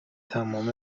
تمام